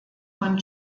von